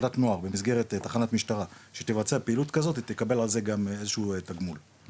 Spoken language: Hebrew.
במסגרת תחנת משטרה שתבצע פעילות כזאת ותקבל על זה גם איזשהו תגמול,